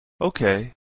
Okay